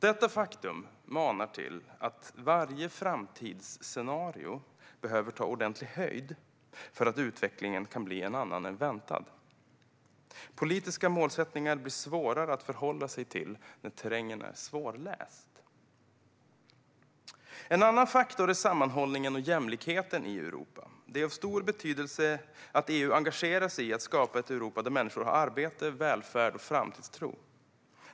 Detta faktum manar till att man i varje framtidsscenario behöver ta ordentlig höjd för att utvecklingen kan bli en annan än den väntade. Politiska målsättningar blir svårare att förhålla sig till när terrängen är svårläst. En annan faktor är sammanhållningen och jämlikheten i Europa. Det är av stor betydelse att EU engagerar sig i att skapa ett Europa där människor har arbete, välfärd och framtidstro.